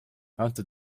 antud